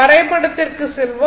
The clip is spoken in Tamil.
வரைபடத்திற்கு செல்வோம்